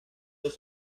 los